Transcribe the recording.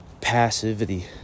passivity